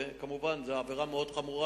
וזאת כמובן עבירה מאוד חמורה,